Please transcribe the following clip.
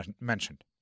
mentioned